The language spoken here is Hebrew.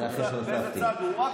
איך אפשר לעשות פיליבסטר?